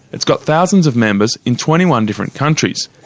it's got thousands of members in twenty one different countries.